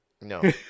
no